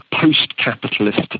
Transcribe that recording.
post-capitalist